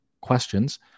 questions